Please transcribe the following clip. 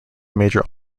major